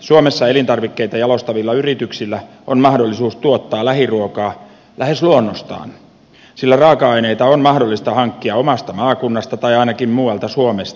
suomessa elintarvikkeita jalostavilla yrityksillä on mahdollisuus tuottaa lähiruokaa lähes luonnostaan sillä raaka aineita on mahdollista hankkia omasta maakunnasta tai ainakin muualta suomesta